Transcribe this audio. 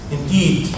Indeed